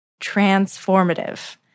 transformative—